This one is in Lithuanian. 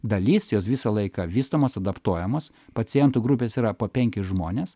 dalis jos visą laiką vystomos adaptuojamos pacientų grupės yra po penkis žmones